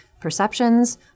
perceptions